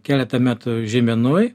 keletą metų žeimenoj